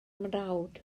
mrawd